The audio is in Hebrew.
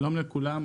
שלום לכולם.